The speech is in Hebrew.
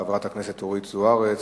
חברת הכנסת אורית זוארץ,